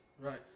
Right